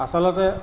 আচলতে